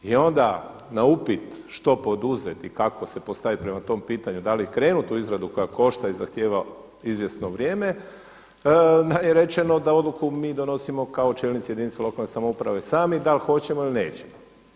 I onda na upit što poduzeti, kako se postaviti prema tom pitanju, da li krenuti u izradu koja košta i zahtjeva izvjesno vrijeme nam je rečeno da odluku mi donosimo kao čelnici jedinica lokalne samouprave sami da li hoćemo ili nećemo.